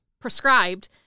prescribed